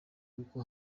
kuko